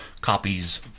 copies